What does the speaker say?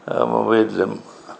മൊബൈൽലും